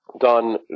done